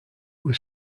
was